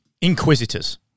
inquisitors